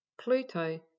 Pluto